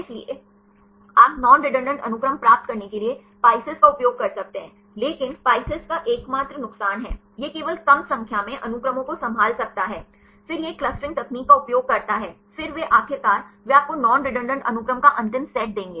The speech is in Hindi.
इसलिए आप नॉन रेडंडान्त अनुक्रम प्राप्त करने के लिए PISCES का उपयोग कर सकते हैं लेकिन PISCES का एकमात्र नुकसान है यह केवल कम संख्या में अनुक्रमों को संभाल सकता है फिर यह एक क्लस्टरिंग तकनीक का उपयोग करता है फिर वे आखिरकार वे आपको नॉन रेडंडान्त अनुक्रम का अंतिम सेट देंगे